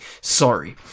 Sorry